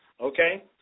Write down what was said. Okay